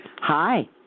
Hi